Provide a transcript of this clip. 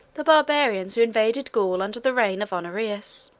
the barbarians who invaded gaul under the reign of honorius.